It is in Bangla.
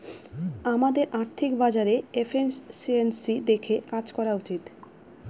আমাদের আর্থিক বাজারে এফিসিয়েন্সি দেখে কাজ করা উচিত